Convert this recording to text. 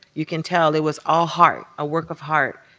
you can tell it was all heart, a work of heart,